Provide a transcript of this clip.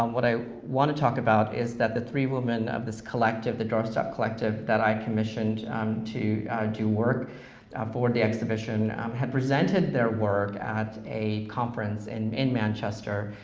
um what i wanna talk about is that three women of this collective, the doorstop collective that i commissioned to do work for the exhibition had presented their work at a conference and in manchester.